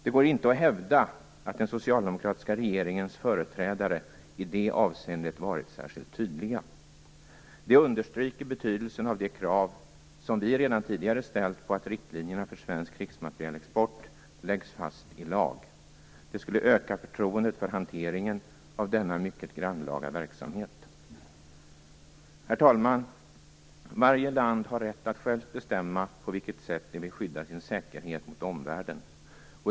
Det går inte att hävda att den socialdemokratiska regeringens företrädare i det avseendet varit särskilt tydliga. Det understryker betydelsen av det krav som vi redan tidigare ställt på att riktlinjerna för svensk krigsmaterielexport läggs fast i lag. Det skulle öka förtroendet för hanteringen av denna mycket grannlaga verksamhet. Herr talman! Varje land har rätt att självt bestämma på vilket sätt det vill skydda sin säkerhet mot omvärlden.